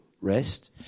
rest